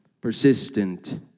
persistent